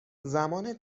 زمان